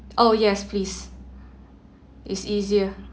oh yes please it's easier